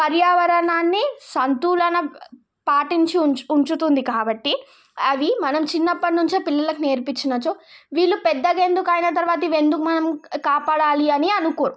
పర్యావరణాన్ని సంతులన పాటించి ఉంచు ఉంచుతుంది కాబట్టి అవి మనం చిన్నప్పటినుంచే పిల్లలకు నేర్పించినచో వీళ్ళు పెద్దగా ఎందుకు అయిన తరువాత ఇవి ఎందుకు మనం కాపాడాలి అని అనుకో